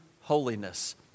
holiness